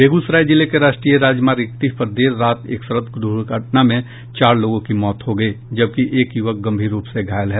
बेगूसराय जिले के राष्ट्रीय राजमार्ग इकतीस पर देर रात एक सड़क द्र्घटना में चार लोगों की मौत हो गयी जबकि एक युवक गंभीर रूप से घायल है